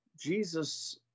Jesus